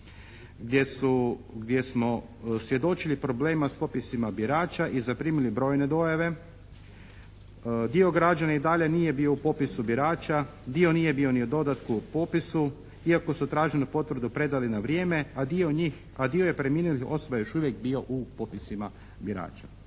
gdje smo svjedočili problemima s popisima birača i zaprimili brojne dojave. Dio građana i dalje nije u popisu birača, dio nije bio ni u dodatku popisu iako su traženu potvrdu predali na vrijeme, a dio je preminulih osoba još uvijek bio u popisima birača.